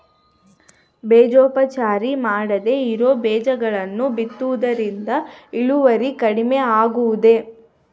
ಬೇಜೋಪಚಾರ ಮಾಡದೇ ಇರೋ ಬೇಜಗಳನ್ನು ಬಿತ್ತುವುದರಿಂದ ಇಳುವರಿ ಕಡಿಮೆ ಆಗುವುದೇ?